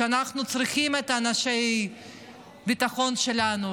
כשאנחנו צריכים את אנשי הביטחון שלנו,